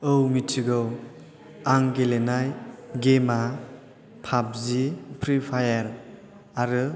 औ मिथिगौ आं गेलेनाय गेमआ पाबजि फ्रि फायार आरो